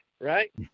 right